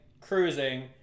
cruising